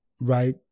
right